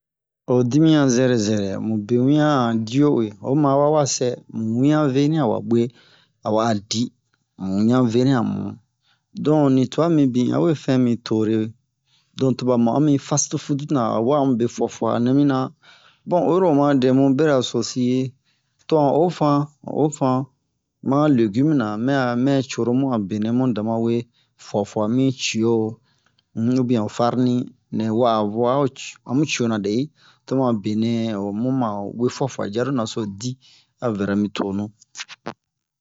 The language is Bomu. ho dimiyan zɛrɛ zɛrɛ mube wian a han dio uwe o ma a ba ma sɛ mu wian veni a wa bwe a wa'a di mu wian veni a mu don nitua mibin a we fɛn mi tore don to ba ma'o mi fastifutina a wa'a mu be fua fua a nɛ mina bon oyi ro oma dɛ mu beraso si to han ofan ofan ma han legim na mɛ'a mɛ coro mu a benɛ mu dama we fua fua mi cio um ubien ho farni nɛ wa'a mu wa o co amu ciona dɛni tobun a benɛ o lu ma we fua fua aro naso di a vɛra mi tonu